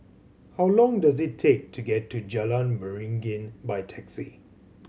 how long does it take to get to Jalan Beringin by taxi